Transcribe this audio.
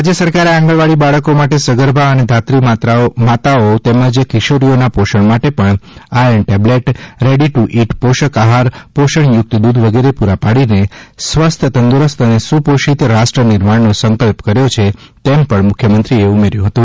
રાજ્ય સરકારે આંગણવાઠી બાળકો સાથે સગર્ભા અને ધાત્રી માતાઓ તેમજ કિશોરીઓન પોષણ માટે પણ iron tablet ready to eat પોષક આહાર પોષણયુક્ત દૂધ વગેરે પૂરઃ પાઠીને સ્વસ્થ તંદુરસ્ત અને સુપોષિત રાષ્ટ્ર નિર્માણનો સંકલ્પ કર્યો છે એમ પણ મુખ્યમંત્રીશ્રીએ ઉમેર્યું હતું